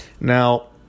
Now